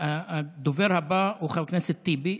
הדובר הבא הוא חבר הכנסת טיבי.